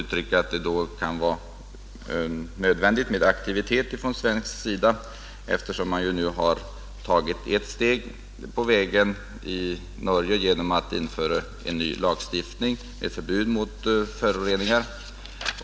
Det kan då vara nödvändigt med aktivitet från svensk sida, eftersom man i Norge nu har tagit ett steg på vägen genom en ny lagstiftning med förbud mot föroreningar.